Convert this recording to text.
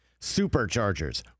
Superchargers